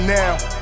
now